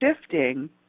shifting